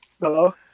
Hello